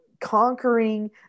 conquering